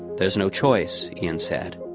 there's no choice, ian said.